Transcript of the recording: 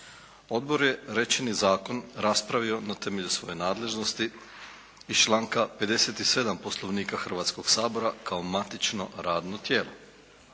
Odbor je rečeni Zakon raspravio na temelju svoje nadležnosti iz članka 57. poslovnika Hrvatskog sabora kao matično radno tijelo.